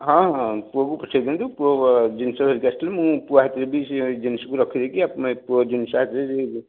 ହଁ ହଁ ପୁଅକୁ ପଠେଇଦିଅନ୍ତୁ ପୁଅକୁ ପୁଅ ଜିନିଷ ଧରିକି ଆସିଥିଲେ ମୁଁ ପୁଅ ହାତରେ ବି ସେ ଜିନିଷକୁ ରଖିଦେଇକି ଆପଣଙ୍କ ପୁଅ ଜିନିଷ